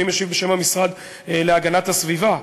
אני משיב בשם המשרד להגנת הסביבה,